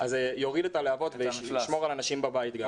יוריד את הלהבות וישמור את האנשים בבית.